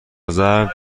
ضرب